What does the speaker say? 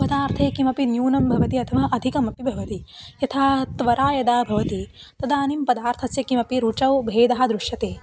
पदार्थे किमपि न्यूनं भवति अथवा अधिकमपि भवति यथा त्वरा यदा भवति तदानीं पदार्थस्य किमपि रुचौ भेदः दृश्यते